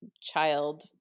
child